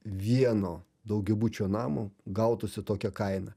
vieno daugiabučio namo gautųsi tokia kaina